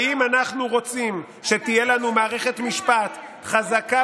ואם אנחנו רוצים שתהיה לנו מערכת משפט חזקה